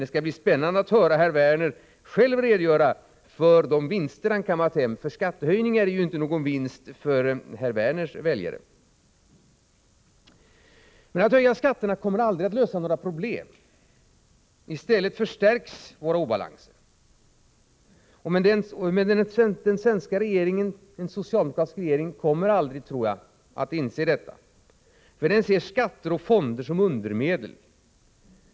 Det skall bli spännande att höra herr Werner själv redogöra för de vinster han kammat hem, för skattehöjningar är ju inte någon vinst för herr Werners väljare. Att höja skatterna kommer aldrig att lösa några problem. I stället förstärks våra obalanser. Jag tror att en socialdemokratisk regering aldrig kommer att inse detta, för den ser skatter och fonder som undermedel.